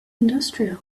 industrial